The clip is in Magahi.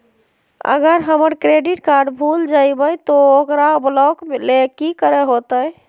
अगर हमर क्रेडिट कार्ड भूल जइबे तो ओकरा ब्लॉक लें कि करे होते?